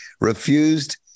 refused